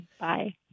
Bye